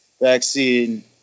vaccine